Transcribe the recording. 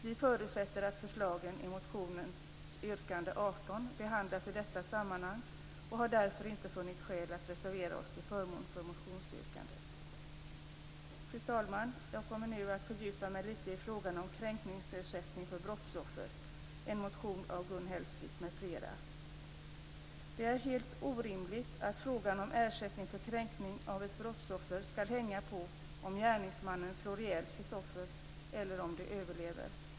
Vi förutsätter att förslagen i motionens yrkande 18 behandlas i detta sammanhang och har därför inte funnit skäl att reservera oss till förmån för motionsyrkandet. Fru talman! Jag kommer nu att fördjupa mig lite i frågan om kränkningsersättning för brottsoffer - en motion av Gun Hellsvik m.fl. Det är helt orimligt att frågan om ersättning för kränkning av ett brottsoffer skall hänga på om gärningsmannen slår ihjäl sitt offer eller om offret överlever.